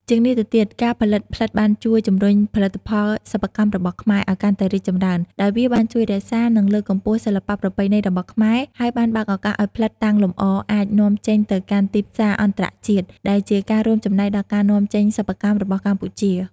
ជាងនេះទៅទៀត ការផលិតផ្លិតបានជួយ ជំរុញផលិតផលសិប្បកម្មរបស់ខ្មែរ ឲ្យកាន់តែរីកចម្រើន ដោយវាបានជួយរក្សា និងលើកកម្ពស់សិល្បៈប្រពៃណីរបស់ខ្មែរ ហើយបានបើកឱកាសឲ្យផ្លិតតាំងលម្អអាច នាំចេញទៅកាន់ទីផ្សារអន្តរជាតិ ដែលជាការរួមចំណែកដល់ការនាំចេញសិប្បកម្មរបស់កម្ពុជា។